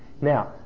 now